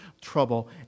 trouble